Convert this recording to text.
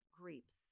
grapes